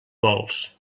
vols